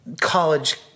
college